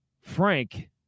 Frank